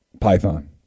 python